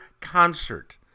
concert